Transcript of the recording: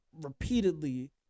repeatedly